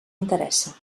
interessa